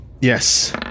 Yes